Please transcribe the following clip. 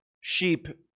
sheep